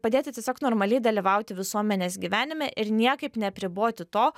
padėti tiesiog normaliai dalyvauti visuomenės gyvenime ir niekaip neapriboti to